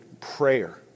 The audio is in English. prayer